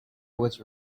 was